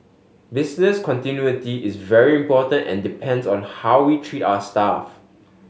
business continuity is very important and depends on how we treat our staff